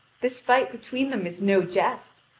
this fight between them is no jest,